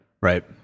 Right